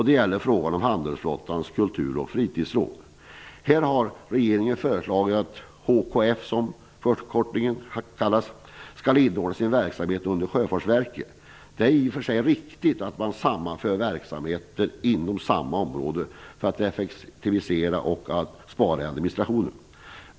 Det gäller frågan om Handelsflottans kultur och fritidsråd, HKF. Här har regeringen föreslagit att HKF skall inordna sin verksamhet under Sjöfartsverket. Det är i och för sig riktigt att man sammanför verksamheter inom samma område, för att effektivisera och spara administration.